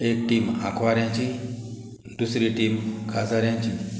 एक टीम आंकवाऱ्यांची दुसरी टीम काजाऱ्यांची